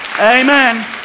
Amen